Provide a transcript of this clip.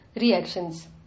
reactions